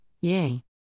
yay